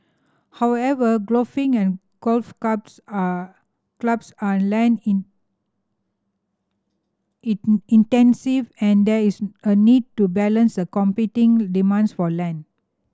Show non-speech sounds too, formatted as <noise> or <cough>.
however golfing and golf clubs are clubs are land in <unintelligible> intensive and there is a need to balance a competing demands for land